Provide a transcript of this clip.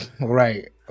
Right